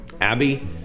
Abby